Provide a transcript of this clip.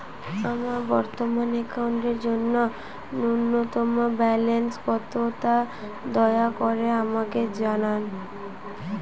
আমার বর্তমান অ্যাকাউন্টের জন্য ন্যূনতম ব্যালেন্স কত তা দয়া করে আমাকে জানান